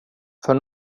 för